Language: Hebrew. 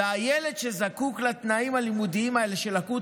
והילד שזקוק לתנאים הלימודיים האלה של לקות